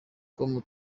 com